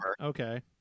Okay